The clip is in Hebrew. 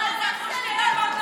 יועז, כל הכבוד.